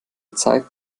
zeigt